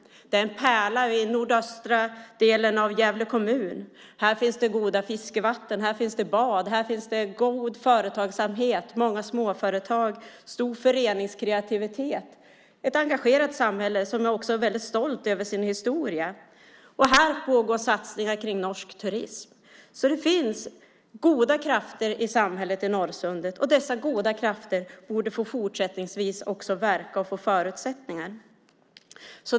Det är en pärla i nordöstra delen av Gävle kommun. Här finns det goda fiskevatten, bad, god företagsamhet, många småföretag och stor föreningskreativitet. Det är ett engagerat samhälle som också är väldigt stolt över sin historia. Här pågår satsningar kring norsk turism. Det finns alltså goda krafter i samhället Norrsundet, och dessa goda krafter borde också fortsättningsvis få verka och få förutsättningar.